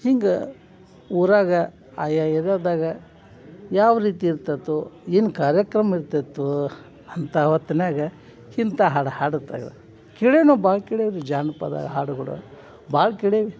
ಹಿಂಗೆ ಊರಾಗ ಆಯಾ ಏರ್ಯಾದಾಗ ಯಾವ ರೀತಿ ಇರ್ತದೋ ಏನು ಕಾರ್ಯಕ್ರಮ ಇರ್ತದೋ ಅಂಥ ಹೊತ್ನಾಗ ಇಂಥ ಹಾಡು ಹಾಡುತ್ತಾರ ಕೇಳೀವಿ ನಾವು ಭಾಳ ಕೇಳೀವಿ ರೀ ಜಾನಪದ ಹಾಡುಗಳು ಭಾಳ ಕೇಳೀವಿ